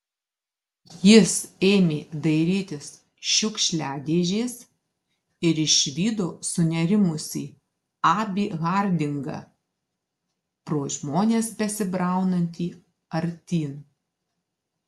jis ėmė dairytis šiukšliadėžės ir išvydo sunerimusį abį hardingą pro žmones besibraunantį artyn